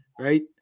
right